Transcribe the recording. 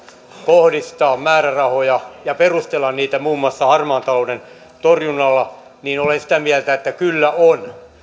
kohdistaa määrärahoja ja perustella niitä muun muassa harmaan talouden torjunnalla niin olen sitä mieltä että kyllä on